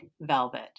velvet